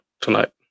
tonight